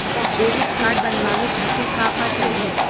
Debit card बनवावे खातिर का का चाही?